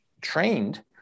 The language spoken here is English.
trained